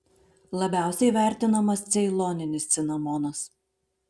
labiausiai vertinamas ceiloninis cinamonas